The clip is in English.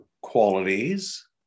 qualities